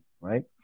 right